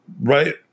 right